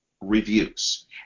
reviews